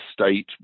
state